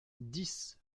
dix